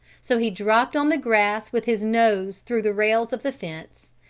so he dropped on the grass with his nose through the rails of the fence,